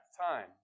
time